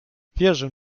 wierzę